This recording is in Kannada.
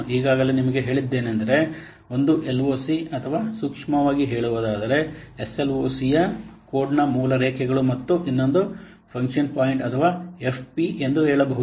ನಾನು ಈಗಾಗಲೇ ನಿಮಗೆ ಹೇಳಿದ್ದೇನೆಂದರೆ ಒಂದು ಎಲ್ಒಸಿ ಅಥವಾ ಸೂಕ್ಷ್ಮವಾಗಿ ಹೇಳುವುದಾದರೆ ಎಸ್ಎಲ್ಒಸಿಯ ಕೋಡ್ನ ಮೂಲ ರೇಖೆಗಳು ಮತ್ತು ಇನ್ನೊಂದು ಫಂಕ್ಷನ್ ಪಾಯಿಂಟ್ ಅಥವಾ ಎಫ್ಪಿ ಎಂದು ಹೇಳಬಹುದು